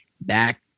back